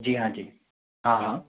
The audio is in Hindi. जी हाँ जी हाँ हाँ